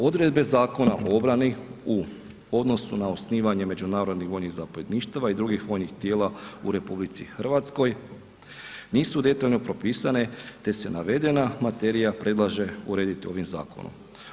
Odredbe Zakona o obrani u odnosu na osnivanje međunarodnih vojnih zapovjedništava i drugih vojnih tijela u RH nisu detaljno propisane, te se navedena materija predlaže uredit ovim zakonom.